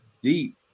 deep